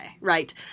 right